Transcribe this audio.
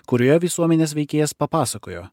kurioje visuomenės veikėjas papasakojo